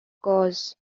cause